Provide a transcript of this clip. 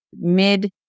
mid